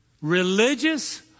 Religious